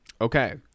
Okay